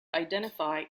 identify